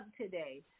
today